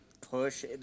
push